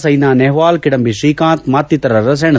ಸೈನಾ ನೆಹ್ವಾಲ್ ಕಿಡಂಬಿ ಶ್ರೀಕಾಂತ್ ಮತ್ತಿತರರ ಸೆಣಸು